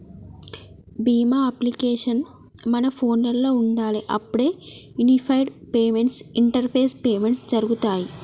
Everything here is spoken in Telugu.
భీమ్ అప్లికేషన్ మన ఫోనులో ఉండాలి అప్పుడే యూనిఫైడ్ పేమెంట్స్ ఇంటరపేస్ పేమెంట్స్ జరుగుతాయ్